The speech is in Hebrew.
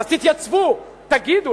אז תתייצבו, תגידו.